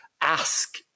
ask